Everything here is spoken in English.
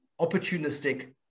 opportunistic